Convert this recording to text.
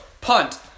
punt